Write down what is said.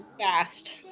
fast